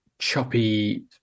choppy